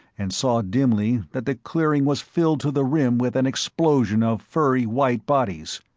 and saw dimly that the clearing was filled to the rim with an explosion of furry white bodies.